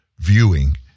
viewing